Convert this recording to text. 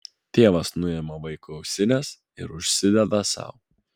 tėvas nuima vaikui ausines ir užsideda sau